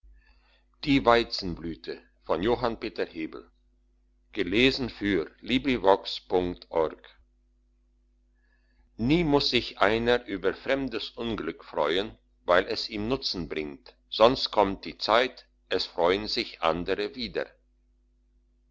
die weizenblüte nie muss sich einer über fremdes unglück freuen weil es ihm nutzen bringt sonst kommt die zeit es freuen sich andere wieder